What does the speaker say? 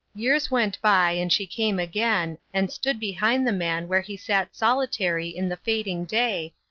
years went by and she came again, and stood behind the man where he sat solitary in the fading day,